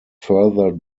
further